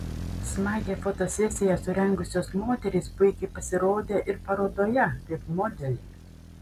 smagią fotosesiją surengusios moterys puikiai pasirodė ir parodoje kaip modeliai